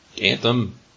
anthem